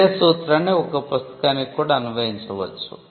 ఇదే సూత్రాన్ని ఒక పుస్తకానికి కూడా అన్వయించవచ్చు